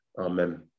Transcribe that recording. Amen